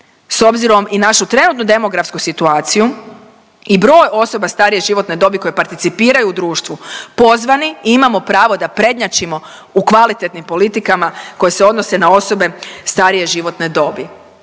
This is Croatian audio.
s obzirom i našu trenutnu demografsku situaciju i broj osoba starije životne dobi koji participiraju u društvu, pozvani i imamo pravo da prednjačimo u kvalitetnim politikama koje se odnose na osobe starije životne dobi,